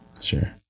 Sure